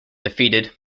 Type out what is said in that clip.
defeated